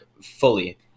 fully